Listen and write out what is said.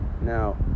Now